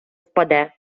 впаде